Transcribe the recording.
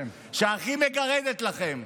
שהכי מגרדת לכם,